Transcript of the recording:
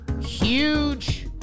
Huge